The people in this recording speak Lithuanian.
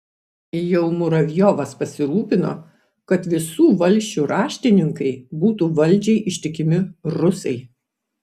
jau muravjovas pasirūpino kad visų valsčių raštininkai būtų valdžiai ištikimi rusai